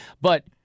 But-